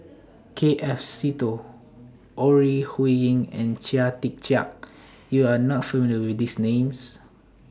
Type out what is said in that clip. K F Seetoh Ore Huiying and Chia Tee Chiak YOU Are not familiar with These Names